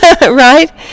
Right